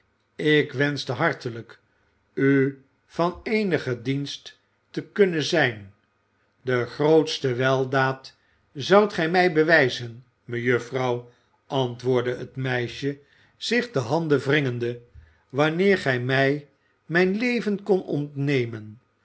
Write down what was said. ik wenschte hartelijk u van eenigen dienst te kunnen zijn de grootste weldaad zoudt gij mij bewijzen mejuffrouw antwoordde het meisje zich de handen wringende wanneer gij mij mijn leven kondt ontnemen